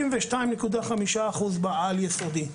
72.5% בעל יסודי.